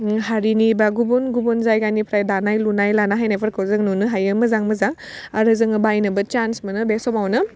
ओम हारिनि बा गुबुन गुबुन जायगानिफ्राय दानाय लुनाय लाना हैनायफोरखौ जों नुनो हायो मोजां मोजां आरो जोङो बाइनोबो सान्स मोनो बे समावनो